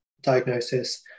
diagnosis